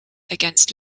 against